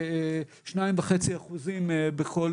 כ-2.5% בכל